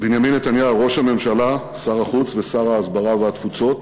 נתניהו, ראש הממשלה, שר החוץ ושר ההסברה והתפוצות,